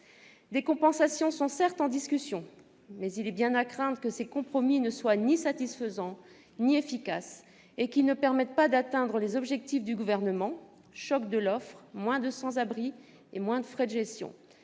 Des compensations sont, certes, en discussion, mais il est à craindre que ces compromis ne soient ni satisfaisants ni efficaces et qu'ils ne permettent pas d'atteindre les objectifs du Gouvernement : choc de l'offre, moins de sans-abri, moins de frais de gestion.